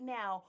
now